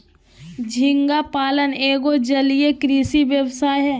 झींगा पालन एगो जलीय कृषि व्यवसाय हय